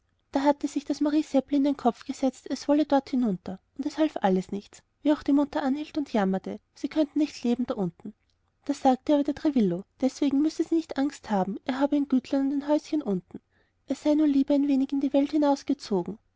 da hatte sich das marie seppli in den kopf gesetzt es wolle dort hinunter und es half alles nichts wie auch die mutter anhielt und jammerte sie könnten nicht leben da unten da sagte aber der trevillo deswegen müsse sie nicht angst haben er habe ein gütlein und ein häuschen unten er sei nur lieber ein wenig in die welt hinausgezogen